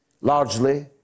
largely